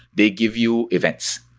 they give you events.